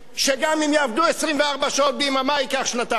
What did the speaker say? שגם אם יעבדו 24 שעות ביממה, ייקח שנתיים.